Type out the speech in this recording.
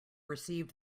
received